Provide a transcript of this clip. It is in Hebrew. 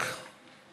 וצחק.